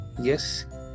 yes